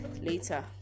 later